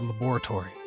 laboratory